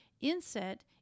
Inset